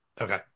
Okay